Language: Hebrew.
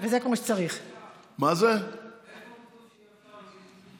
איפה כתוב שאי-אפשר לומר בדיחות?